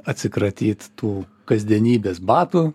atsikratyt tų kasdienybės batų